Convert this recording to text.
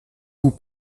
vous